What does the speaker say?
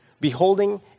beholding